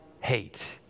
hate